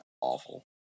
awful